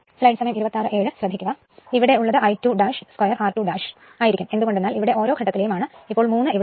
ഇവിടെ ഉള്ളത് I2 2 r2 എന്ന് ആയിരിക്കും എന്തുകൊണ്ടെന്നാൽ ഇവിടെ ഓരോ ഘട്ടത്തിലെയും ആണ് അപ്പോൾ 3 ഇവിടെ ഇല്ല